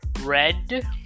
red